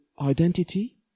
identity